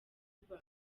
kuba